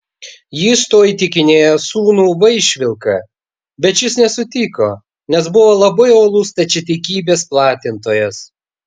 jis tuo įtikinėjo sūnų vaišvilką bet šis nesutiko nes buvo labai uolus stačiatikybės platintojas